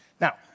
Now